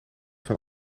van